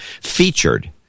featured